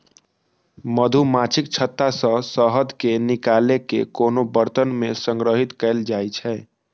मछुमाछीक छत्ता सं शहद कें निकालि कें कोनो बरतन मे संग्रहीत कैल जाइ छै